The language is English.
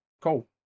cool